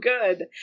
good